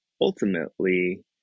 ultimately